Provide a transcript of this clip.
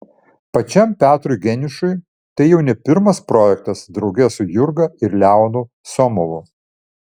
pačiam petrui geniušui tai jau ne pirmas projektas drauge su jurga ir leonu somovu